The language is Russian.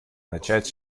начать